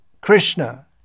Krishna